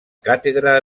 càtedra